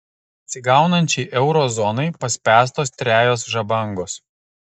atsigaunančiai euro zonai paspęstos trejos žabangos